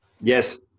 Yes